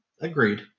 Agreed